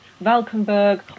Valkenburg